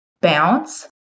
Bounce